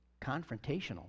confrontational